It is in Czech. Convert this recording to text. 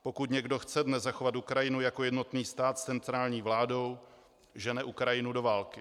Pokud někdo chce dnes zachovat Ukrajinu jako jednotný stát s centrální vládou, žene Ukrajinu do války.